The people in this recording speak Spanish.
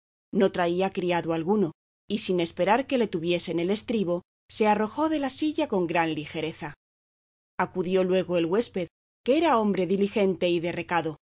no traía criado alguno y sin esperar que le tuviesen el estribo se arrojó de la silla con gran ligereza acudió luego el huésped que era hombre diligente y de recado